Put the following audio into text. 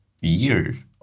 year